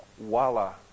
voila